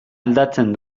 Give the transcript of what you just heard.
aldatzen